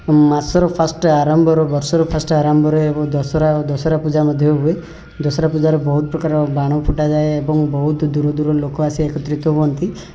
ମାସର ଫାର୍ଷ୍ଟ ଆରମ୍ଭରେ ବର୍ଷର ଫାର୍ଷ୍ଟ ଆରମ୍ଭରେ ଏବଂ ଦଶହରା ଦଶହରା ପୂଜା ମଧ୍ୟ ହୁଏ ଦଶହରା ପୂଜାରେ ବହୁତ ପ୍ରକାର ବାଣ ଫୁଟା ଯାଏ ଏବଂ ବହୁତ ଦୂର ଦୂରରୁ ଲୋକ ଆସିକି ଏକତ୍ରିତ ହୁଅନ୍ତି